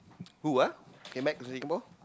who ah came back to Singapore